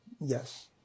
Yes